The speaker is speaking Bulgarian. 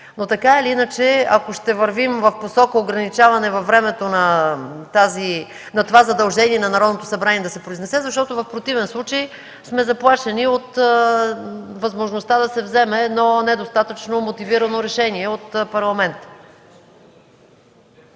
Но, така или иначе, ще вървим в посока на ограничаване на времето на това задължение на Народното събрание да се произнесе, в противен случай сме заплашени от възможността да се вземе едно недостатъчно мотивирано решение от Парламента...